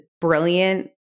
brilliant